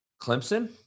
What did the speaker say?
Clemson